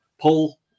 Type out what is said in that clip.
Paul